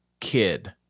kid